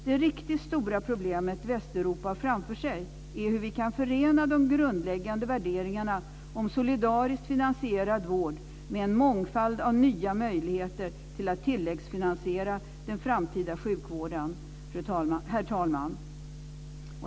Det riktigt stora problem som Västeuropa har framför sig är hur vi kan förena de grundläggande värderingarna om solidariskt finansierad vård med en mångfald av nya möjligheter att tilläggsfinansiera den framtida sjukvården, herr talman.